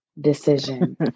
decision